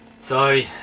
so